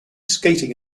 skating